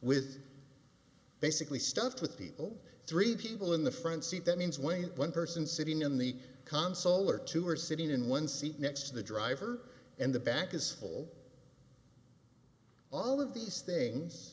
with basically stuffed with people three people in the front seat that means when one person sitting in the console or two are sitting in one seat next to the driver and the back is full all of these things